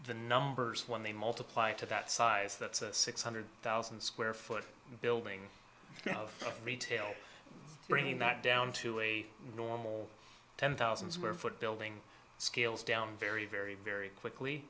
the numbers when they multiply to that size that's a six hundred thousand square foot building of retail bringing that down to a normal ten thousand square foot building skills down very very very quickly